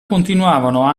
continuavano